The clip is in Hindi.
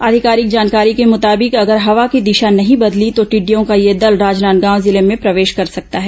आधिकारिक जानकारी के मुताबिक अगर हवा की दिशा नहीं बदली तो टिडिडयो का यह दल राजनांदगांव जिले में प्रवेश कर सकता है